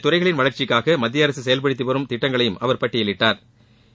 துறைகளின் வளர்ச்சிக்காக மத்தியஅரசு செயல்படுத்தி வரும் திட்டங்களையும் அவர் இந்த பட்டியலிட்டாள்